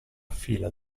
fila